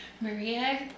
Maria